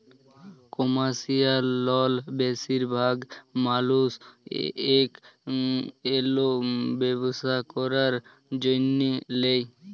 commercial লল বেশিরভাগ মালুস কল ব্যবসা ক্যরার জ্যনহে লেয়